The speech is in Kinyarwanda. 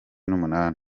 n’umunani